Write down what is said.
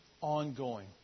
Ongoing